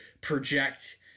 project